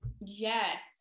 Yes